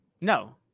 No